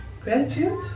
Gratitude